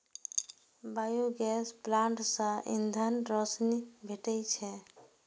biogas plant सं ईंधन, रोशनी भेटै छै